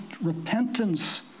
repentance